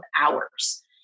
hours